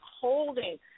holding